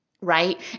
right